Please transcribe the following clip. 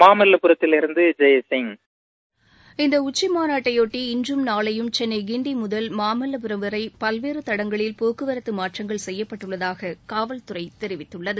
மாமல்லபுரத்திலிருந்து ஜெயசிங் இந்த உச்சிமாநாட்டையொட்டி இன்றும் நாளையும் சென்னை கிண்டி முதல் மாமல்லபுரம் வரை பல்வேறு தடங்களில் போக்குவரத்து மாற்றங்கள் செய்யப்பட்டுள்ளதாக காவல்துறை தெரிவித்துள்ளது